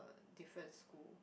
different school